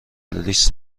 لیست